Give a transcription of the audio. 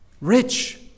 rich